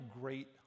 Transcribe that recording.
great